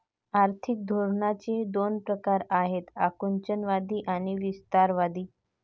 आर्थिक धोरणांचे दोन प्रकार आहेत आकुंचनवादी आणि विस्तारवादी